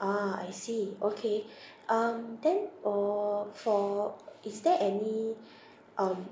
ah I see okay um then or~ for is there any um